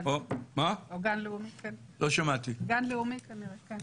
גן לאומי כנראה.